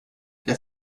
der